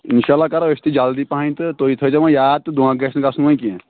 اِنشاء اللہ کَرو أسۍ تہِ جلدی پَہنۍ تہٕ تُہۍ تھٲیزیو وۄنۍ یاد تہٕ دھوکہٕ گژھِ نہٕ گژھُن وۄنۍ کینٛہہ